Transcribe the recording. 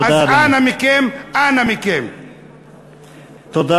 אז אנא מכם, אנא מכם.